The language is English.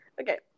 Okay